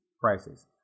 prices